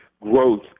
growth